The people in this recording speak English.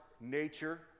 nature